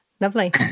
Lovely